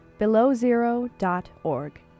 belowzero.org